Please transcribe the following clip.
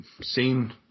seen